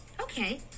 Okay